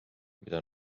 mida